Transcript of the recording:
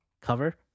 cover